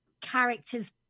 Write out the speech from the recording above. characters